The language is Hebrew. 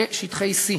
בשטחי C,